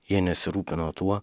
jie nesirūpino tuo